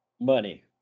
Money